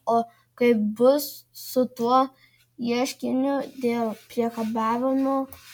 o kaip bus su tuo ieškiniu dėl priekabiavimo